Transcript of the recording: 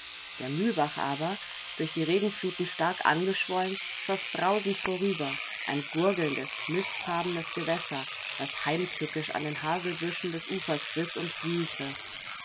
der mühlbach aber durch die regenfluten stark angeschwollen schoß brausend vorüber ein gurgelndes mißfarbenes gewässer das heimtückisch an den haselbüschen des ufers riß und wühlte